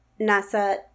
Nasa